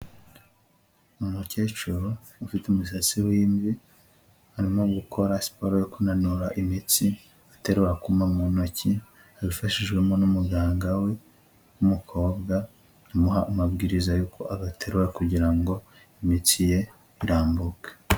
Umukecuru ufite umusatsi w'imvi, arimo gukora siporo yo kunanura imitsi aterura akuma mu ntoki ,abifashijwemo n'umuganga we w'umukobwa, amuha amabwiriza y'uko agaterura kugira ngo imitsi ye irambuke.